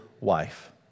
wife